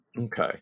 Okay